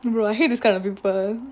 and I hate this kind of people